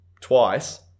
twice